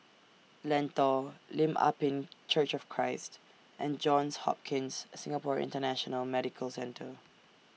Lentor Lim Ah Pin Church of Christ and Johns Hopkins Singapore International Medical Centre